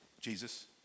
Jesus